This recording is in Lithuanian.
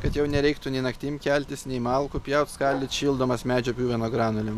kad jau nereiktų nei naktim keltis nei malkų pjaut skaldyti šildomas medžio pjuvenų granulėm